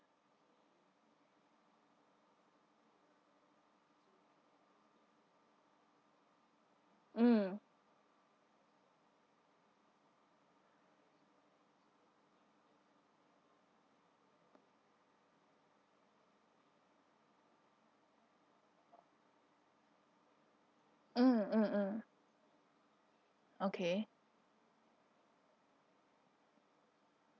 mm mm mm mm okay